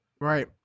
Right